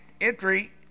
entry